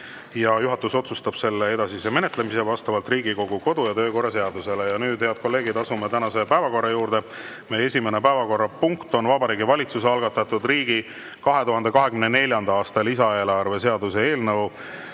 ja juhatus otsustab selle edasise menetlemise vastavalt Riigikogu kodu‑ ja töökorra seadusele. Nüüd, head kolleegid, asume tänase päevakorra juurde. Meie esimene päevakorrapunkt on Vabariigi Valitsuse algatatud riigi 2024. aasta lisaeelarve seaduse eelnõu